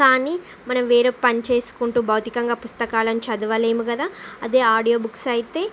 కానీ మనం వేరే పని చేసుకుంటూ భౌతికంగా పుస్తకాలను చదవలేం కదా అదే ఆడియో బుక్స్ అయితే